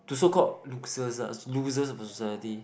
to so called loser losers of a society